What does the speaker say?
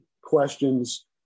questions